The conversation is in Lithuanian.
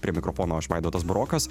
prie mikrofono aš vaidotas burokas